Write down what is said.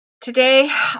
Today